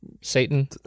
Satan